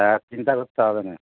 হ্যা চিন্তা করতে হবে না